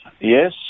Yes